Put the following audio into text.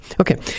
Okay